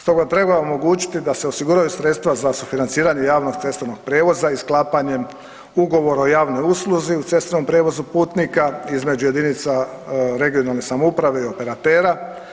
Stoga treba omogućiti da se osiguraju sredstva za sufinanciranje javnog cestovnog prijevoza i sklapanjem Ugovora o javnoj usluzi u cestovnom prijevozu putnika između jedinica regionalne samouprave i operatera.